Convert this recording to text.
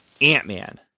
Ant-Man